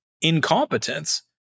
incompetence